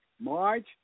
March